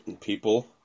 people